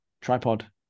tripod